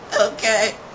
Okay